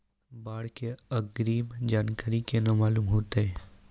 बाढ़ के अग्रिम जानकारी केना मालूम होइतै?